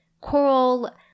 coral